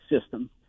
system